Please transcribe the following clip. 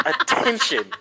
attention